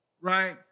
right